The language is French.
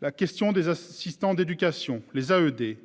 La question des assistants d'éducation les AED.